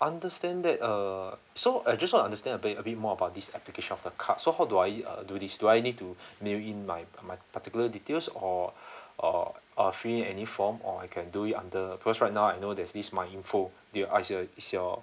understand that uh so I just want to understand a bit a bit more about this application of the card so how do I uh do this do I need to mail in my my particular details or or or fill in any form or I can do it under because right now I know there's this my info do are is your is your